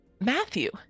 Matthew